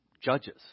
judges